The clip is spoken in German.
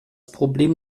problem